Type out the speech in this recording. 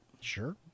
Sure